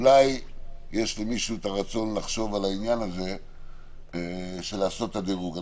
אולי יש למישהו את הרצון לחשוב על העניין הזה של לעשות את הדירוג.